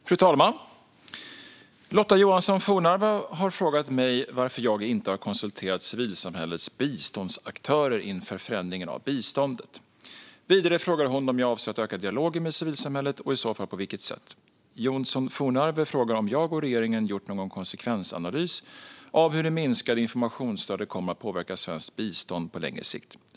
Fru talman! Lotta Johnsson Fornarve har frågat mig varför jag inte har konsulterat civilsamhällets biståndsaktörer inför förändringarna av biståndet. Vidare frågar hon om jag avser att öka dialogen med civilsamhället och i så fall på vilket sätt. Johnsson Fornarve frågar om jag och regeringen gjort någon konsekvensanalys av hur det minskade informationsstödet kommer att påverka svenskt bistånd på längre sikt.